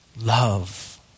love